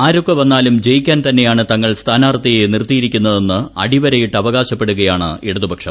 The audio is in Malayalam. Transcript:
ആരൊക്കെ വന്നാലും ജയിക്കാൻ തന്നെയാണ് തങ്ങൾ സ്ഥാനാർത്ഥിയെ നിർത്തിയിരിക്കുന്നതെന്ന് അടിവരയിട്ട് അവകാശപ്പെടുകയാണ് ഇടതുപക്ഷം